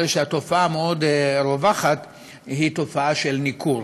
הרי שהתופעה המאוד-רווחת היא תופעה של ניכור.